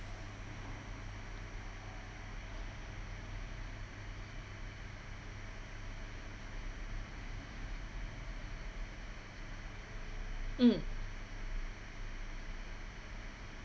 mm